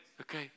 Okay